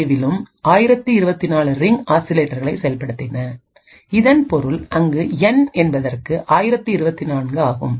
ஏவிலும் 1024 ring ஆசிலேட்டர்களை செயல்படுத்தின இதன் பொருள் அங்கு என்என்பது 1024 ஆகும்